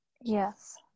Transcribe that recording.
Yes